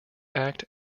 act